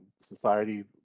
society